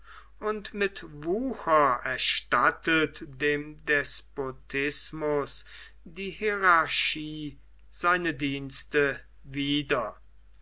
und mit wucher erstattet dem despotismus die hierarchie seine dienste wieder